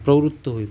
प्रवृत्त होईल